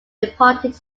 departed